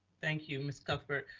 thank you, ms. cuthbert.